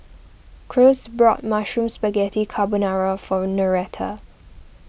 Cruz bought Mushroom Spaghetti Carbonara for Noretta